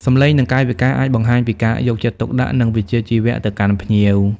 សម្លេង និងកាយវិការអាចបង្ហាញពីការយកចិត្តទុកដាក់ និងវិជ្ជាជីវៈទៅកាន់ភ្ញៀវ។